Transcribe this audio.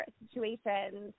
situations